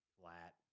flat